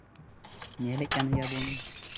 ᱧᱮᱞᱮᱫ ᱠᱟᱱ ᱜᱮᱭᱟᱵᱚᱱ